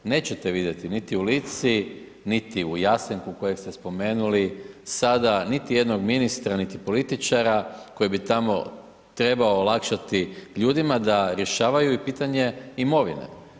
Nećete vidjeti niti u Lici niti u Jasenku kojeg ste spomenuli sada niti jednog ministra niti političara koji bi trebao olakšati ljudima da rješavaju i pitanje imovine.